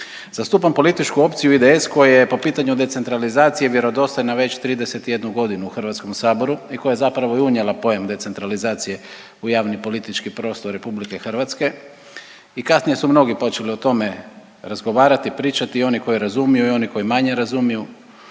Zastupam političku opciju IDS koja je po pitanju decentralizacije vjerodostojna već 31 godinu u Hrvatskom saboru i koja je zapravo i unijela pojam decentralizacije u javni politički prostor RH i kasnije su mnogi počeli o tome razgovarati i pričati i oni koji razumiju i oni koji manje razumiju